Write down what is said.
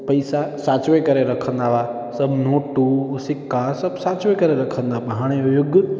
पैसा साच्वे करे रखंदा हुआ सभु नोटूं सिक्का सभु साच्वे करे रखंदा हुआ पर हाणे युग